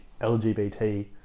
LGBT